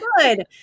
good